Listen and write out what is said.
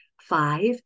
Five